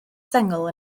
sengl